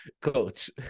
Coach